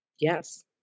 yes